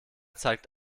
zeigt